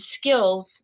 skills